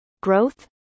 growth